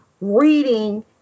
reading